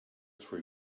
for